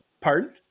Pardon